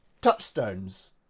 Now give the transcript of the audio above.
touchstones